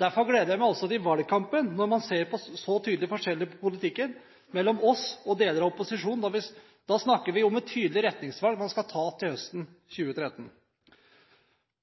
Derfor gleder jeg meg også til valgkampen. Når man ser så tydelige forskjeller i politikken mellom oss og deler av opposisjonen, snakker vi om et tydelig retningsvalg man skal ta høsten 2013.